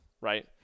right